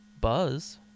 buzz